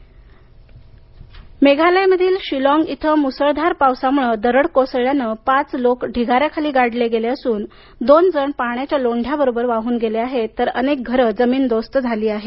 मेघालय मेघालयामधील शिलॉग इथं मुसळधार पावसामुळ दरड कोसळल्यानं पाच लोक ढिगाऱ्याखाली गाडले गेले असून दोन जण पाण्याच्या लोंढ्याबरोबर वाहून गेले आहेत तर अनेक घरे जमीनदोस्त झाली आहेत